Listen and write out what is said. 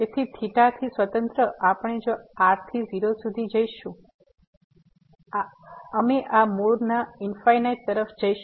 તેથી થેટા થી સ્વતંત્ર આપણે જો r થી 0 સુધી જઈશું અમે આ મૂળના ઇન્ફાઇનાઈટ તરફ જઈશું